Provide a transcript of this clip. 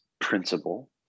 principle